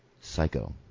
Psycho